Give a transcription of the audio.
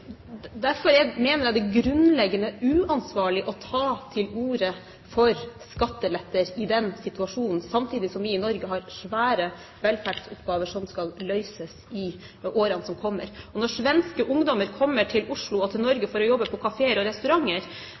Derfor mener jeg det er grunnleggende uansvarlig å ta til orde for skatteletter i den situasjonen samtidig som vi i Norge har svære velferdsoppgaver som skal løses i årene som kommer. Og når svenske ungdommer kommer til Oslo og til Norge for å jobbe på kafeer og restauranter,